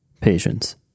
patience